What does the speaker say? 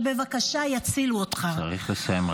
שבבקשה יצילו אותך -- צריך לסיים,